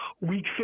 Week